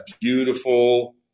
beautiful